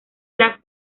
las